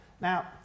Now